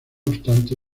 obstante